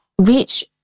reach